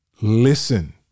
listen